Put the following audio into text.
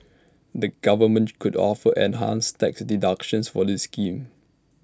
the government could offer enhanced tax deductions for this scheme